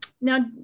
Now